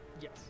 Yes